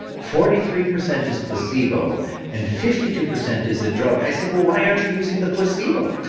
forty three percent is placebo and fifty two percent is the drug. i said, well, why aren't you using the placebo?